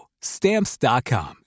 Stamps.com